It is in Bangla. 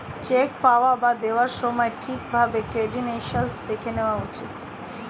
চেক পাওয়া বা দেওয়ার সময় ঠিক ভাবে ক্রেডেনশিয়াল্স দেখে নেওয়া উচিত